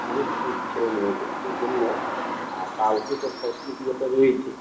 যেহেতু পুজো ছেলে মেয়েদের সেই জন্য কালকে তো সরস্বতী পুজোটা রয়েছে